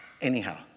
anyhow